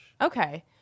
Okay